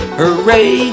hooray